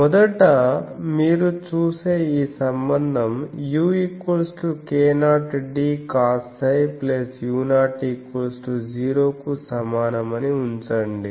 మొదట మీరు చూసే ఈ సంబంధం uk0dcosψ u00 కు సమానమని ఉంచండి